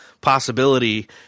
possibility